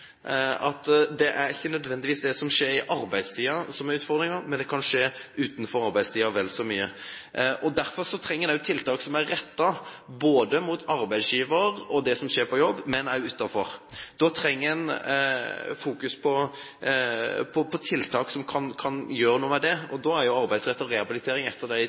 at det ikke nødvendigvis er det som skjer i arbeidstiden, som er utfordringen, men vel så mye det som skjer utenfor arbeidstiden. Derfor trenger en tiltak som er rettet mot både arbeidsgiver og det som skjer på jobb, og det som skjer utenfor jobb. En må fokusere på tiltak som kan gjøre noe med dette. Da er tiltaket arbeidsrettet rehabilitering blant andre arbeidsmarkedstiltak der en ser hele mennesket, noe av